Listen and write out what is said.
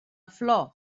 flor